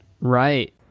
Right